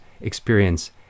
experience